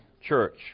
church